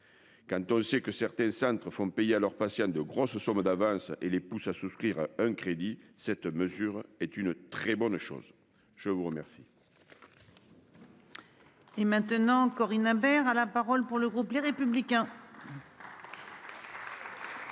Quand on sait que certains centres font payer à leurs patients de grosses sommes d'avance et les poussent à souscrire un crédit. Cette mesure est une très bonne chose. Je vous remets. Et maintenant Corinne Imbert à la parole pour le groupe Les Républicains. Nouveau madame